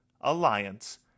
alliance